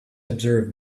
observe